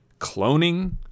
Cloning